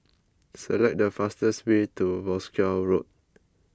select the fastest way to Wolskel Road